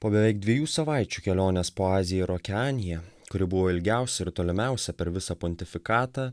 po beveik dviejų savaičių kelionės po aziją ir okeaniją kuri buvo ilgiausia ir tolimiausia per visą pontifikatą